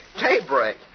Daybreak